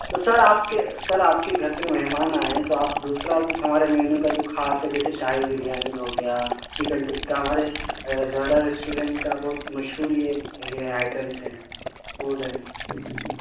تو سر آپ کے سر آپ کے گھر پہ مہمان آئے ہیں آپ دوسرا کچھ ہمارے مینیو کا جو خاص ہے جیسے شاہی بریانی ہو گیا چکن ٹکہ ہمارے زہرا ریسٹورینٹ کا بہت مشہور یہ یہ آئٹمس ہیں فوڈ ہیں